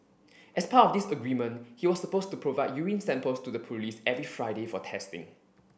as part of this agreement he was supposed to provide urine samples to the police every Friday for testing